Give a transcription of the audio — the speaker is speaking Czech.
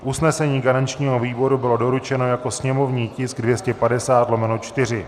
Usnesení garančního výboru bylo doručeno jako sněmovní tisk 250/4.